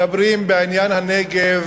מדברים בעניין הנגב